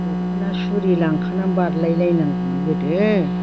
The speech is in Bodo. दख'ना सुरि लांखानानै बारलाय लायनांगौमोन गोदो